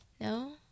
No